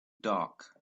dark